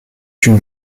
une